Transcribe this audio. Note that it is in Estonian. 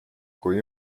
kui